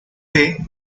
the